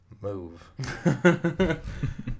move